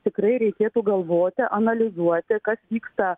tikrai reikėtų galvoti analizuoti kas vyksta